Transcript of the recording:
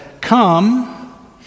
come